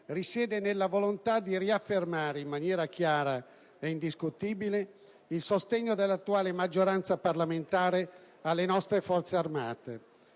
risiede nella volontà di riaffermare, in maniera chiara ed indiscutibile, il sostegno dell'attuale maggioranza parlamentare alle nostre Forze armate,